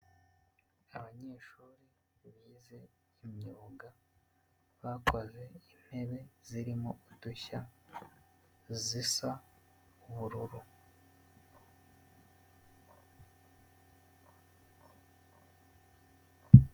Abanyeshuri bize imyuga bakoze intebe zirimo udushya zisa ubururu.